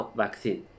vaccine